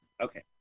Okay